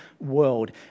world